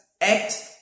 Act